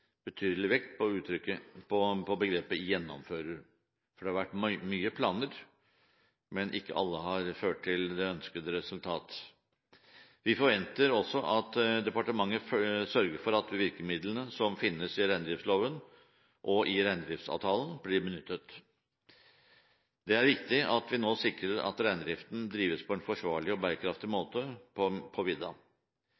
på begrepet «gjennomfører», for det har vært mange planer, men ikke alle har ført til det ønskede resultat. Vi forventer også at departementet sørger for at virkemidlene som finnes i reindriftsloven og i reindriftsavtalen, blir benyttet. Det er viktig at vi nå sikrer at reindriften drives på en forsvarlig og bærekraftig